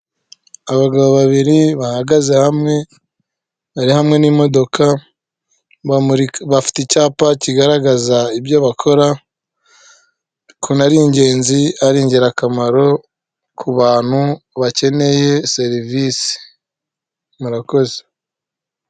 Abagabo babiri bahagaze hamwe bari hamwe n'imodoka bafite icyapa kigaragaza ibyo bakora ko ari ingenzi, ari ingirakamaro kubantu bakeneye serivisi murakoze.